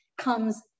comes